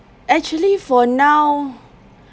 actually for now